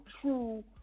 true